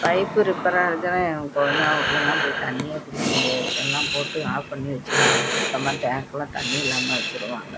pipe repair ஆச்சின்னா எங்க கொழுந்தனார் வீட்லேலாம் போய் தண்ணி பிடிக்க முடியாது எல்லாம் போட்டு ஆஃப் பண்ணி வச்சிடுவாங்க சுத்தமாக டேங்க்லாம் தண்ணி இல்லாமல் வச்சிடுவாங்க